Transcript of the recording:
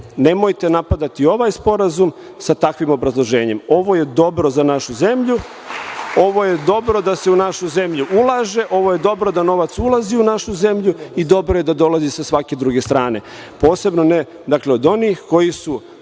Nemojte napadati ovaj sporazum sa takvim obrazloženjem. Ovo je dobro za našu zemlju. Ovo je dobro da se u našu zemlju ulaže. Ovo je dobro da novac ulazi u našu zemlju i dobro je da dolazi sa svake druge strane, posebno ne od onih koji su